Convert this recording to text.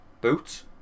Boots